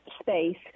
space